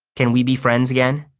can we b frenz agen?